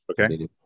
Okay